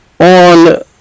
On